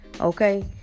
Okay